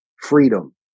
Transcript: freedom